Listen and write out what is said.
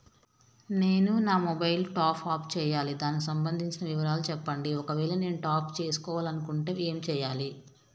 నేను నా mobile top up చేయాలి దానికి సంబంధించిన వివరాలు చెప్పండి ఒకవేళ నేను టాప్ చేసుకోవాలనుకుంటే ఏం చేయాలి?